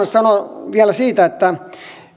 sanoa vielä siitä että